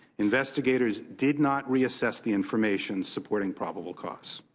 investigators did not reassess the information supporting probable cause.